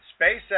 SpaceX